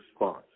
response